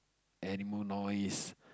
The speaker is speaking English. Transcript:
animal noise